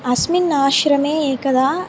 अस्मिन् आश्रमे एकदा